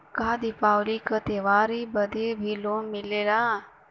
का दिवाली का त्योहारी बदे भी लोन मिलेला?